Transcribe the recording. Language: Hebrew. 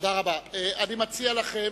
אני מציע לכם